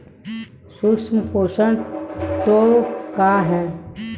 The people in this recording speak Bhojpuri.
सूक्ष्म पोषक तत्व का ह?